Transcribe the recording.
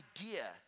idea